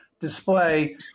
display